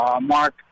Mark